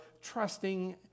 trusting